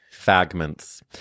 fragments